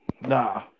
Nah